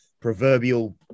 proverbial